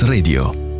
radio